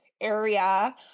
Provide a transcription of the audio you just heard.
area